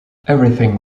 everything